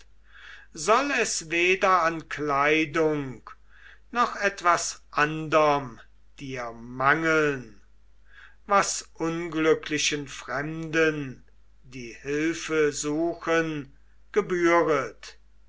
soll es weder an kleidung noch etwas anderm dir mangeln was unglücklichen fremden die hilfe suchen gebühret